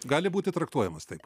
gali būti traktuojamas taip